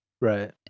Right